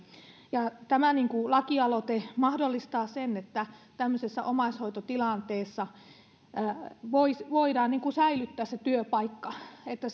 ja tämä lakialoite mahdollistaa sen että tämmöisessä omaishoitotilanteessa voidaan säilyttää se työpaikka että